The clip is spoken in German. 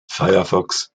firefox